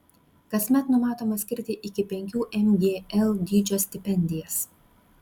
kasmet numatoma skirti iki penkių mgl dydžio stipendijas